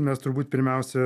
mes turbūt pirmiausia